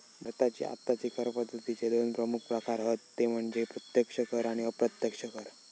भारताची आत्ताची कर पद्दतीचे दोन प्रमुख प्रकार हत ते म्हणजे प्रत्यक्ष कर आणि अप्रत्यक्ष कर